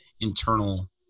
internal